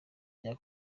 bya